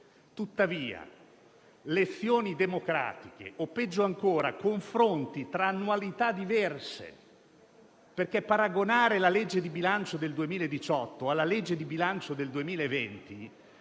accettabili lezioni di democrazia o, peggio ancora, confronti tra annualità diverse, perché paragonare la legge di bilancio del 2018 alla legge di bilancio del 2020